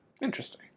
Interesting